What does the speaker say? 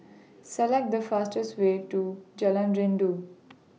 Select The fastest Way to Jalan Rindu